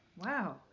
Wow